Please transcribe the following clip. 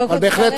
אבל בהחלט,